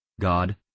God